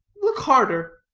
look harder.